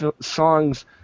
songs